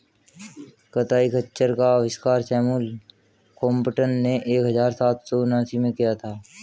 कताई खच्चर का आविष्कार सैमुअल क्रॉम्पटन ने एक हज़ार सात सौ उनासी में किया था